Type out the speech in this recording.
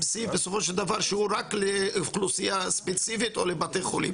בסופו של דבר אפשר לשים סעיף שהוא רק לאוכלוסייה ספציפית או לבית חולים,